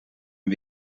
een